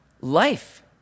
life